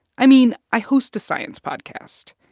i mean, i host a science podcast.